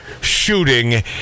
shooting